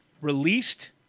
released